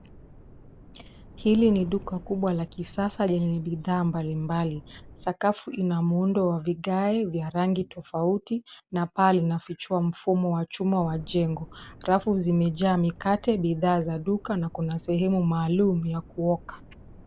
Hili ni duka kubwa la kisasa lenye bidhaa mbali mbali, sakafu ina muundo wa vigae vya rangi tofauti, na paa linafichua mfumo wa chuma wa jengo. Rafu zimejaa mikate, bidhaa za duka ,na kuna sehemu maalum ya kuoga .